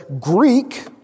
Greek